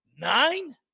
nine